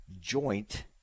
joint